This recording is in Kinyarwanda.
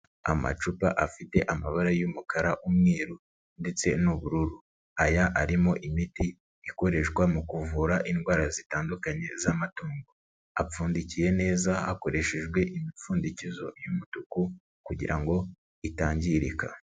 Amacupa afite amabara y'umukara, umweru ndetse n'ubururu, aya arimo imiti ikoreshwa mu kuvura indwara zitandukanye z'amatungo, apfundikiye neza hakoreshejwe imipfundikizo y'umutuku kugira ngo itangirika.